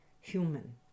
human